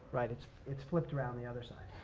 right, it's it's flipped around the other side,